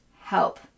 help